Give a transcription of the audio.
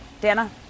Dana